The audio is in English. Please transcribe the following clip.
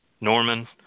norman